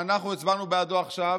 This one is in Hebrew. שאנחנו הצבענו בעדו עכשיו,